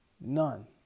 None